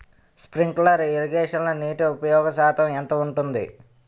Sprinkler ఇరగేషన్లో నీటి ఉపయోగ శాతం ఎంత ఉంటుంది?